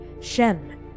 Shen